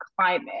climate